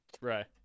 Right